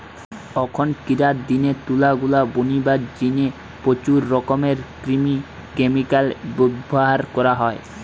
অখনকিরার দিনে তুলার গোলা বনিবার জিনে প্রচুর রকমের কৃত্রিম ক্যামিকাল ব্যভার করা হয়